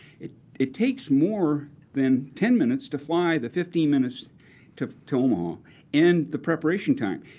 it it takes more than ten minutes to fly the fifteen minutes to to omaha and the preparation time.